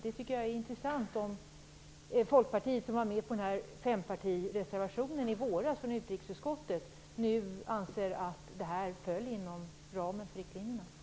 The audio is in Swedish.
Det är intressant om Folkpartiet, som var med på fempartireservationen i utrikesutskottet i våras, nu anser att det här faller inom ramen för riktlinjerna.